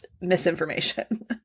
misinformation